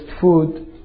food